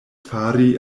fari